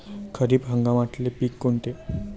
खरीप हंगामातले पिकं कोनते?